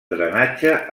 drenatge